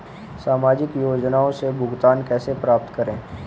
सामाजिक योजनाओं से भुगतान कैसे प्राप्त करें?